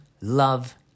love